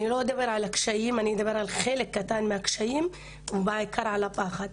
אני לא אדבר עליהם אלא על חלק קטן מהקשיים ובעיקר על הפחד.